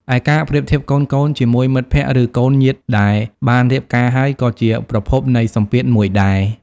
ឯការប្រៀបធៀបកូនៗជាមួយមិត្តភក្តិ ឬកូនញាតិដែលបានរៀបការហើយ ក៏ជាប្រភពនៃសម្ពាធមួយដែរ ។